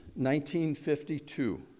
1952